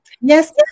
Yes